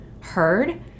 heard